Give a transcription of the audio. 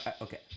okay